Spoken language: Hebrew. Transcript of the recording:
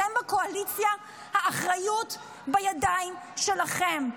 אתם בקואליציה, האחריות בידיים שלכם.